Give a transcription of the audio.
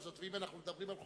אם אנחנו מדברים על חופים,